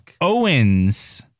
Owens